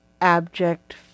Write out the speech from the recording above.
abject